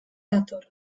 dator